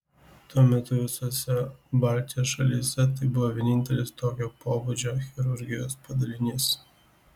tuo metu visose baltijos šalyse tai buvo vienintelis tokio pobūdžio chirurgijos padalinys